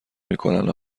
میکنن